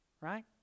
right